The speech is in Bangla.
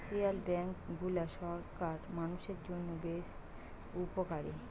কমার্শিয়াল বেঙ্ক গুলা সাধারণ মানুষের জন্য বেশ উপকারী